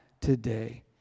today